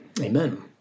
Amen